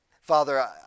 Father